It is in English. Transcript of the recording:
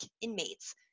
inmates